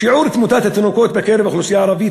שיעור תמותת התינוקות בקרב האוכלוסייה הערבית